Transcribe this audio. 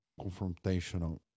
confrontational